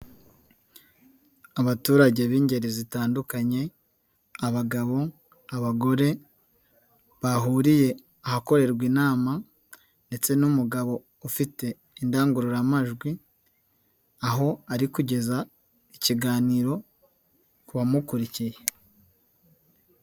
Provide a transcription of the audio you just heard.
Abaturage b'ingeri zitandukanye abagabo, abagore bahuriye ahakorerwa inama ndetse n'umugabo ufite indangururamajwi aho ari kugeza ikiganiro ku bamukurikiye.